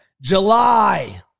July